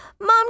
Mom